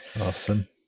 awesome